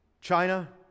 China